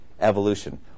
evolution